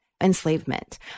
enslavement